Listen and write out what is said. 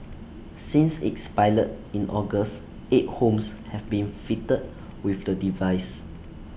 since its pilot in August eight homes have been fitted with the device